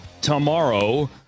tomorrow